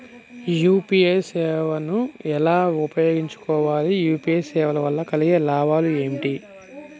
UPI సేవను ఎలా ఉపయోగించు కోవాలి? యూ.పీ.ఐ సేవల వల్ల కలిగే లాభాలు ఏమిటి?